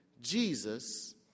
Jesus